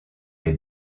les